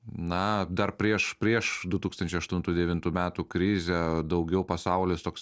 na dar prieš prieš du tūkstančiai aštuntų devintų metų krizę daugiau pasaulis toks